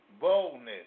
Boldness